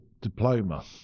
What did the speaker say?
diploma